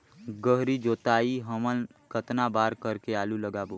गहरी जोताई हमन कतना बार कर के आलू लगाबो?